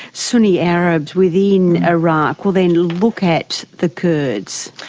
sunni arabs within iraq will then look at the kurds?